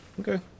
Okay